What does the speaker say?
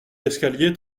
l’escalier